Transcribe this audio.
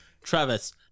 Travis